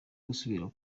gusubira